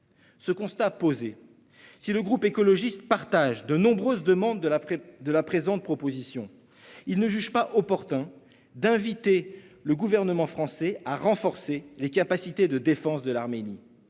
Cela étant, si le groupe écologiste partage de nombreuses demandes de la présente proposition, il ne juge pas opportun d'inviter le gouvernement français à renforcer « les capacités de défense de l'Arménie